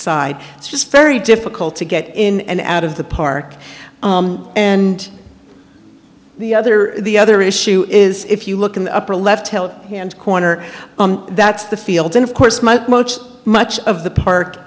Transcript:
side it's just very difficult to get in and out of the park and the other the other issue is if you look in the upper left hand corner that's the fields and of course most much of the park